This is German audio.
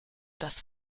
das